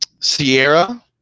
Sierra